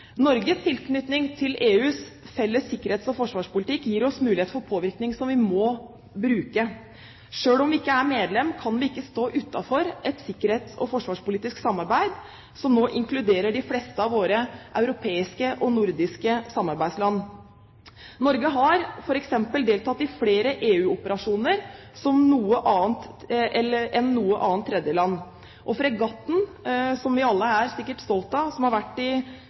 Norges tilknytning til EUs felles sikkerhets- og forsvarspolitikk gir oss mulighet for påvirkning, som vi må bruke. Selv om vi ikke er medlem, kan vi ikke stå utenfor et sikkerhets- og forsvarspolitisk samarbeid som nå inkluderer de fleste av våre nordiske og andre europeiske samarbeidsland. Norge har f.eks. deltatt i flere EU-operasjoner enn noe annet tredjeland. Fregatten – som vi alle sikkert er stolte av – som har vært i